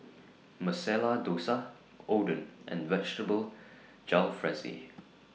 Masala Dosa Oden and Vegetable Jalfrezi